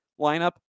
lineup